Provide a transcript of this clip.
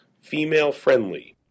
Female-friendly